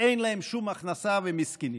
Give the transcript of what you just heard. אין להם שום הכנסה והם מסכנים,